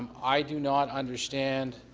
i do not understand